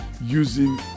using